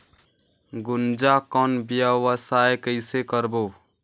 गुनजा कौन व्यवसाय कइसे करबो?